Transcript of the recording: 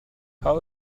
how